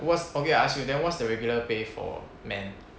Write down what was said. what's okay I ask you then what's the regular pay for men